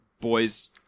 boys